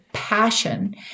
passion